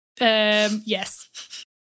Yes